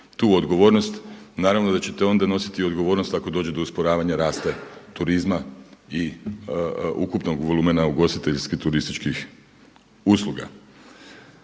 tu odgovornost, naravno da ćete onda nositi i odgovornost ako dođe do usporavanja rasta turizma i ukupnog volumena ugostiteljsko-turističkih usluga.